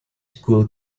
school